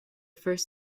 first